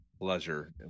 pleasure